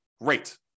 great